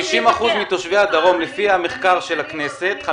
לפי המחקר של הכנסת,